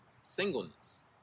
singleness